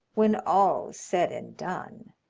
when all's said and done,